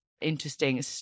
interesting